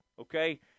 okay